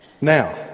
Now